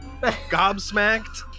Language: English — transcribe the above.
gobsmacked